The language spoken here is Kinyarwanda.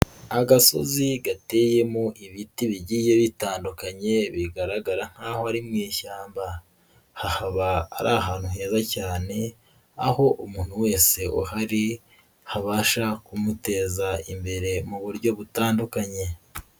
Agasozi gateyemo ibiti bigiye bitandukanye bigaragara nk'aho ari mu ishyamba, ha haba ari ahantu heza cyane, aho umuntu wese uhari, habasha kumuteza imbere mu buryo butandukanye.